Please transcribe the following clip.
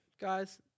guys